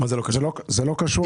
זה לא קשור לתשתית.